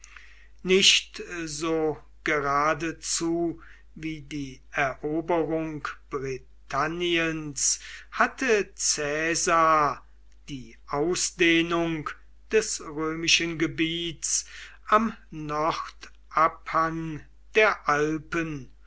nicht so geradezu wie die eroberung britanniens hatte caesar die ausdehnung des römischen gebiets am nordabhang der alpen